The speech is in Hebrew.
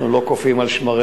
אנחנו לא קופאים על שמרינו.